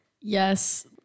Yes